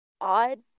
odd